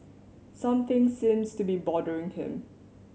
something seems to be bothering him